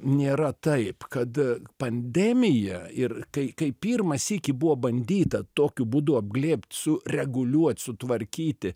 nėra taip kad pandemija ir kai kai pirmą sykį buvo bandyta tokiu būdu apglėbt su reguliuot sutvarkyti